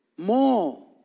more